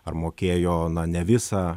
ar mokėjo na ne visą